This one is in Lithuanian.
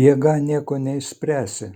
jėga nieko neišspręsi